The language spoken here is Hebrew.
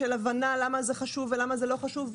של הבנה למה זה חשוב ולמה זה לא חשוב,